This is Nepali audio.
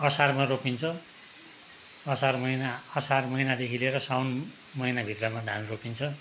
असारमा रोपिन्छ असार महिना असार महिनादेखि लिएर साउन महिनाभित्रमा धान रोपिन्छ